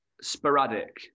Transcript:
sporadic